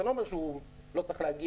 זה לא אומר שהוא לא צריך להגיע,